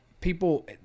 people